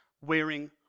wearing